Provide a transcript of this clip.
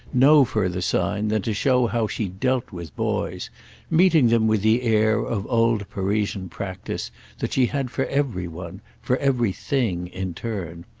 no further sign than to show how she dealt with boys meeting them with the air of old parisian practice that she had for every one, for everything, in turn.